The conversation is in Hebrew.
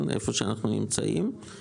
איפה שאנחנו נמצאים.